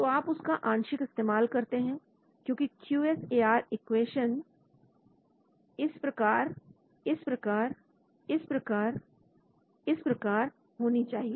तो आप उसका आंशिक इस्तेमाल करते हैं इसलिए Q S A R equation इस प्रकार इस प्रकार इस प्रकार इस प्रकार होनी चाहिए